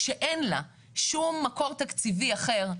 כשאין לה שום מקור תקציבי אחר.